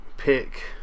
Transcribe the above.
pick